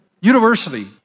university